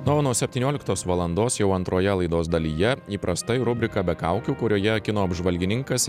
na o nuo septynioliktos valandos jau antroje laidos dalyje įprastai rubrika be kaukių kurioje kino apžvalgininkas